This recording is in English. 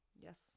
Yes